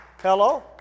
Hello